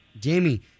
Jamie